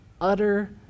utter